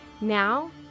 Now